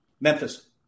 Memphis